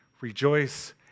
rejoice